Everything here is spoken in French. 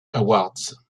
awards